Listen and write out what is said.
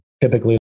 typically